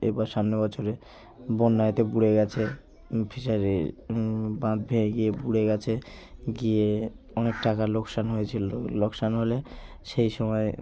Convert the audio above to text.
এবার সামনে বছরে বন্যায়তে বুরে গেছে ফিসারি বাঁধ ভেঙে গিয়ে বুরে গেছে গিয়ে অনেক টাকা লোকসান হয়েছিলো লোকসান হলে সেই সময়